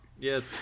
Yes